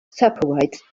separates